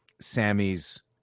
Sammy's